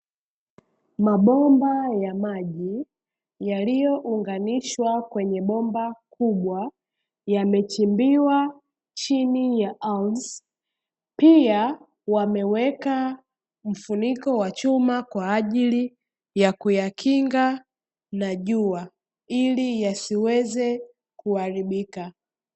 Mabomba ya maji yaliyounganishwa kwenye bomba kubwa yamechimbiwa chini ya ardhi, pia wameweka mfuniko wa chuma kwa ajili ya kuyakinga na jua, ili yasiweze kuharibika.